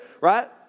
right